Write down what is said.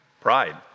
Pride